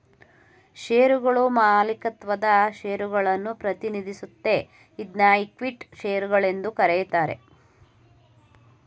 ಶೇರುಗಳ ಮಾಲೀಕತ್ವದ ಷೇರುಗಳನ್ನ ಪ್ರತಿನಿಧಿಸುತ್ತೆ ಇದ್ನಾ ಇಕ್ವಿಟಿ ಶೇರು ಗಳೆಂದು ಕರೆಯುತ್ತಾರೆ